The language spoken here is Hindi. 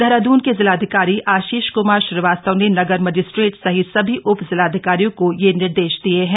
देहरादून के जिलाधिकारी आशीष कुमार श्रीवास्तव ने नगर मजिस्ट्रेट सहित सभी उप जिलाधिकारियों को यह निर्देश दिये हैं